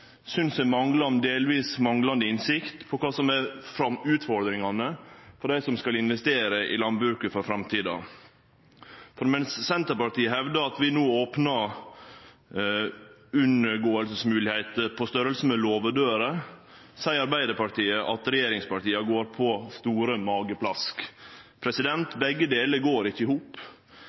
synest eg viser delvis manglande innsikt i kva som er utfordringane for dei som skal investere i landbruket for framtida. Medan Senterpartiet hevdar at vi no opnar for unngåingsmoglegheiter på storleik med låvedører, seier Arbeidarpartiet at regjeringspartia går på store mageplask. Begge delar går ikkje i hop,